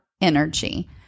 energy